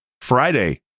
friday